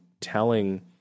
telling